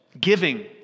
giving